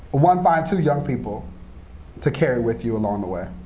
one, find two young people to carry with you along the way.